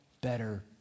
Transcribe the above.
better